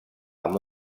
amb